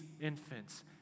infants